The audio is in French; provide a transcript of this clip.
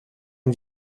une